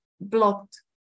blocked